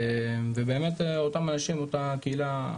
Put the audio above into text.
ובאמת אותם אנשים מאותה קהילה,